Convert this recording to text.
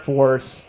Force